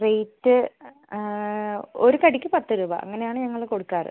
rate ഒരു കടിക്ക് പത്ത് രൂപ അങ്ങനെ ആണ് ഞങ്ങൾ കൊടുക്കാറ്